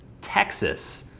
Texas